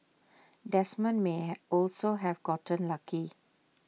Desmond may also have gotten lucky